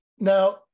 Now